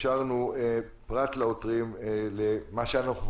אפשרנו למה שאנחנו מכנים: